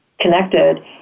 connected